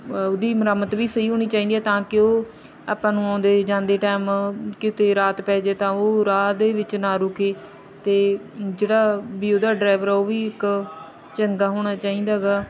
ਉਹਦੀ ਮੁਰੰਮਤ ਵੀ ਸਹੀ ਹੋਣੀ ਚਾਹੀਦੀ ਹੈ ਤਾਂ ਕਿ ਉਹ ਆਪਾਂ ਨੂੰ ਆਉਂਦੇ ਜਾਂਦੇ ਟੈਮ ਕਿਤੇ ਰਾਤ ਪੈ ਜਾਵੇ ਤਾਂ ਉਹ ਰਾਹ ਦੇ ਵਿੱਚ ਨਾ ਰੁਕੇ ਅਤੇ ਜਿਹੜਾ ਵੀ ਉਹਦਾ ਡਰਾਇਵਰ ਆ ਉਹ ਵੀ ਇੱਕ ਚੰਗਾ ਹੋਣਾ ਚਾਹੀਦਾ ਗਾ